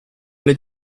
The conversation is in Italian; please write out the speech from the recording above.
alle